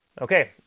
Okay